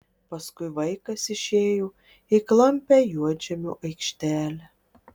paskui vaikas išėjo į klampią juodžemio aikštelę